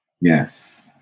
Yes